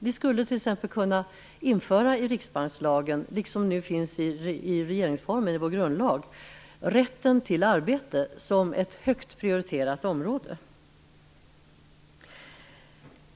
Vi skulle t.ex. i riksbankslagen kunna införa rätten till arbete som ett högt prioriterat område, precis som vi nu har i regeringsformen.